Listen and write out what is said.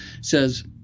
says